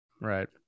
Right